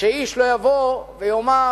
שאיש לא יבוא ויאמר,